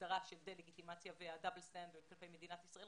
ההגדרה של דה-לגיטימציה והדאבל סטנדרט כלפי מדינת ישראל,